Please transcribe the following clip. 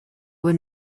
were